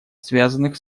связанных